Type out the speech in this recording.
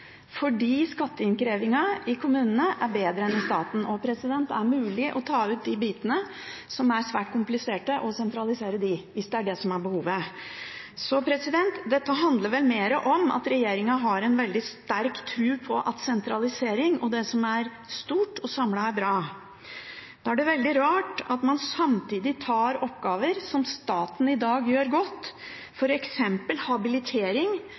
fordi skatteinnkrevingen i kommunene er bedre enn i staten. Det er mulig å ta ut de bitene som er svært kompliserte, og sentralisere dem, hvis det er det som er behovet. Dette handler vel mer om at regjeringen har en veldig sterk tro på at sentralisering og det som er stort og samlet, er bra. Da er det veldig rart at man samtidig skal desentralisere oppgaver som staten i dag gjør godt, f.eks. habilitering